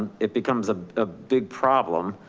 it becomes ah a big problem.